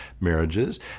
marriages